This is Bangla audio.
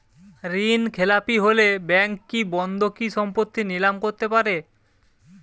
ঋণখেলাপি হলে ব্যাঙ্ক কি বন্ধকি সম্পত্তি নিলাম করতে পারে?